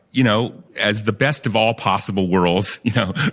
you know, as the best of all possible worlds you know,